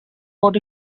what